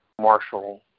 Marshall